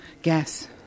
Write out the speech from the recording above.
gas